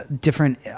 different